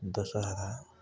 Dussehra